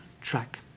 track